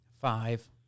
Five